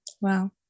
wow